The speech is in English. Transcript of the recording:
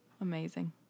Amazing